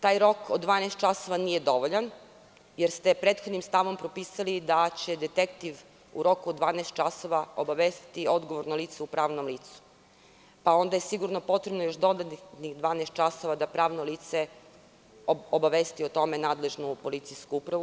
Taj rok od 12 časova nije dovoljan, jer ste prethodnim stavom propisali da će detektiv u roku od 12 časova obavestiti odgovorno lice u pravnom licu, pa onda je sigurno potrebno još dodatnih 12 časova da pravno lice obavesti o tome nadležnu policijsku upravu.